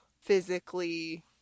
physically